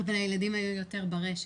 אבל הילדים היו יותר ברשת.